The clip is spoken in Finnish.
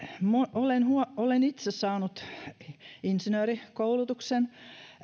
olen itse saanut insinöörikoulutuksen